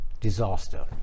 disaster